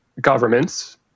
governments